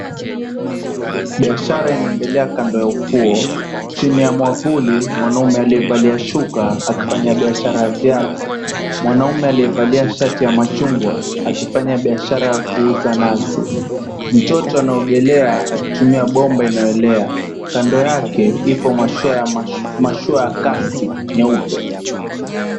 Biashara inaendelea kando ya ufuo. Chini ya mwavuli, mwanaume aliyevalia shuka akifanya biashara ya viatu. Mwanaume aliyevalia shati ya machungwa akifanya biashara ya kuuza nazi. Mtoto anaogelea akitumia bomba inayoelea, kando yake ipo mashua ya kasi nyeupe.